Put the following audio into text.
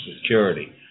Security